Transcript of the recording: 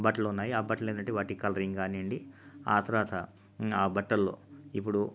బట్టలు ఉన్నాయి ఆ బట్టలు ఏంటంటే వాటి కలరింగ్ కానీయండి ఆ తర్వాత ఆ బట్టల్లో ఇప్పుడు